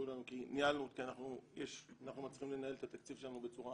אנחנו מצליחים לנהל את התקציב שלנו בצורה